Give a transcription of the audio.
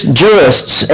jurists